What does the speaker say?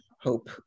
hope